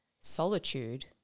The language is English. solitude